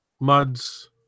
Mud's